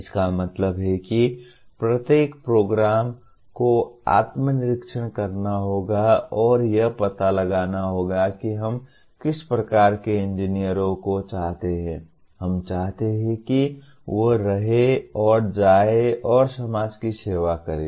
इसका मतलब है कि प्रत्येक प्रोग्राम को आत्मनिरीक्षण करना होगा और यह पता लगाना होगा कि हम किस प्रकार के इंजीनियरों को चाहते हैं हम चाहते हैं कि वे रहें और जाएं और समाज की सेवा करें